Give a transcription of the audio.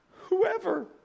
whoever